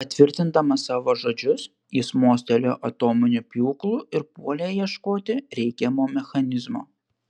patvirtindamas savo žodžius jis mostelėjo atominiu pjūklu ir puolė ieškoti reikiamo mechanizmo